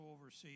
overseas